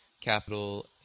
capital